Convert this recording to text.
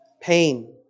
pain